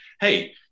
hey